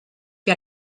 que